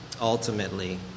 ultimately